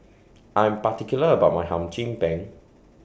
I'm particular about My Hum Chim Peng